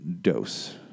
dose